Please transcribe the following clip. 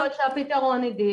אז יכולים למצוא פתרון עידית,